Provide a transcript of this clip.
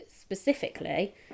specifically